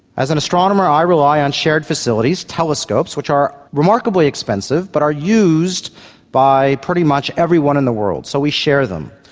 as an astronomer i rely on shared facilities, telescopes, which are remarkably expensive but are used by pretty much everyone in the world, so we share them.